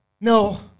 No